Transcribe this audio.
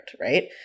right